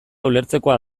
ulertzekoa